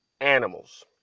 animals